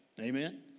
Amen